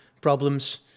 problems